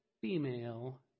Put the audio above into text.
female